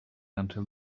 until